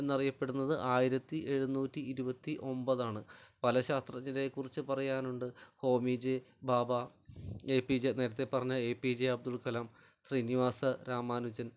എന്നറിയപ്പെടുന്നത് ആയിരത്തി എഴുനൂറ്റി ഇരുപത്തി ഒൻപത് ആണ് പല ശാസ്ത്രജ്ഞരെ കുറിച്ച് പറയാനുണ്ട് Homi J Bhabha A P J നേരത്തെ പറഞ്ഞ A P J Abdul Kalam Srinivasa Ramanujan